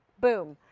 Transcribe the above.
boom.